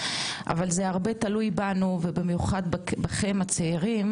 אבל זה הרבה תלוי בנו ובמיוחד בכם הצעירים